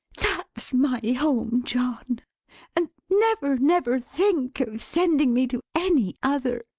that's my home, john and never, never think of sending me to any other!